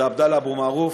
וזה עבדאללה אבו מערוף,